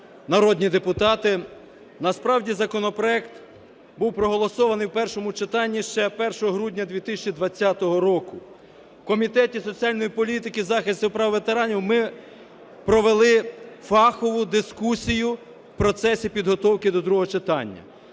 народні депутати! Насправді законопроект був проголосований в першому читанні ще 1 грудня 2020 року. В Комітеті соціальної політики, захисту прав ветеранів ми провели фахову дискусію в процесі підготовки до другого читання